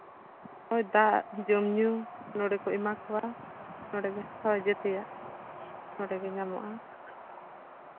ᱦᱳᱭ ᱫᱟᱜ ᱡᱚᱢᱼᱧᱩ ᱱᱚᱰᱮ ᱠᱚ ᱮᱢᱟ ᱠᱚᱣᱟ ᱱᱚᱰᱮ ᱜᱮ ᱦᱳᱭ ᱡᱮᱛᱮᱭᱟᱜ ᱱᱚᱰᱮᱜᱮ ᱧᱟᱢᱚᱜᱼᱟ